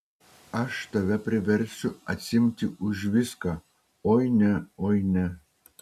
aš tave priversiu atsiimti už viską oi ne oi ne